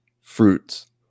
fruits